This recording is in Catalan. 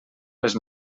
les